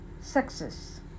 success